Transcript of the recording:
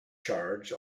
charge